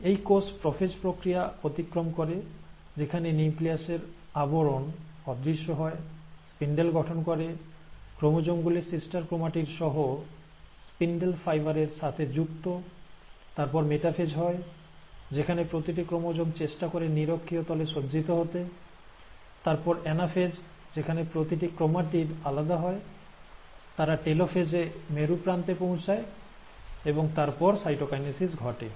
এই কোষ প্রোফেজ প্রক্রিয়া অতিক্রম করে যেখানে নিউক্লিয়াসের আবরণ অদৃশ্য হয় স্পিন্ডেল গঠন করে ক্রোমোজোম গুলি সিস্টার ক্রোমাটিড সহ স্পিন্ডল ফাইবার এর সাথে যুক্ত তারপর মেটাফেজ হয় যেখানে প্রতিটি ক্রোমোজোম চেষ্টা করে নিরক্ষীয় তলে সজ্জিত হতে তারপর অ্যানাফেজ যেখানে প্রতিটি ক্রোমাটিড আলাদা হয় তারা টেলোফেজ এ মেরুপ্রান্তে পৌঁছায় এবং তারপর সাইটোকাইনেসিস ঘটে